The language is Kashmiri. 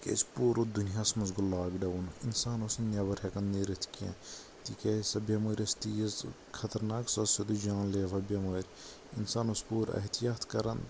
تِکیازِ پوٗرٕ دُنیاہس منٛز گوو لاگ ڈوُن انسان اوس نہٕ نٮ۪بَر ہیکان نیٖرتھ کیٛنٚہہ تِکیازِ سۄ بٮ۪مٲر ٲس تیٖژ خطرناک سۄ ٲس سیٚودِٕے جان لیوا بٮ۪مٲر انسان اوس پورٕ احتیاط کران